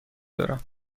دارم